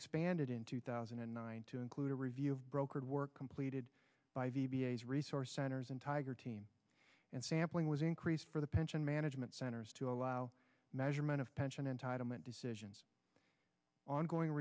expanded in two thousand and nine to include a review of brokered work completed by v a s resource centers and tiger team and sampling was increased for the pension management centers to allow measurement of pension entitlement decisions ongoing